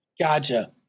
Gotcha